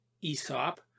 Aesop